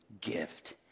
gift